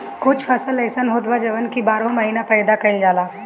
कुछ फसल अइसन होत बा जवन की बारहो महिना पैदा कईल जाला